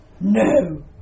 No